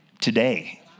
today